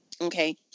Okay